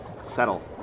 settle